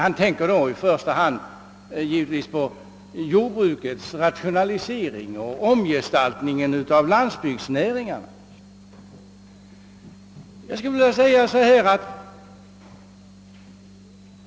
Han tänker i första hand givetvis på jordbrukets rationalisering och omgestaltningen av lantbruksnäringarna.